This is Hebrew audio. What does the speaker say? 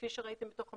כפי שראיתם בתוך המצגת,